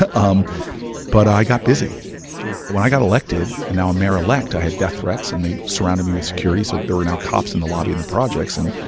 but um but i got busy yeah when i got elected, and now i'm mayor-elect, i had death threats, and they surrounded me with security so there were now cops in the lobby in the projects. and,